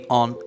on